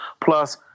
Plus